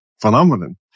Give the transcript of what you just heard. phenomenon